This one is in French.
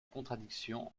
contradiction